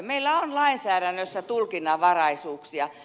meillä on lainsäädännössä tulkinnanvaraisuuksia